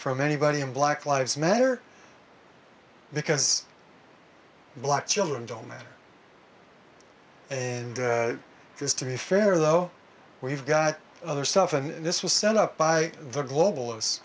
from anybody in black lives matter because black children don't matter and it has to be fair though we've got other stuff and this was sent up by the global